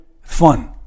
fun